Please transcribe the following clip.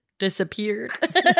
Disappeared